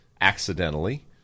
accidentally